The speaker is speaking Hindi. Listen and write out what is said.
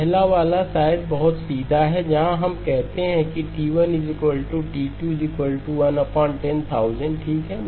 पहला वाला शायद बहुत सीधा है जहाँ हम कहते हैं कि T1 T2 110000ठीक है